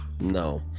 No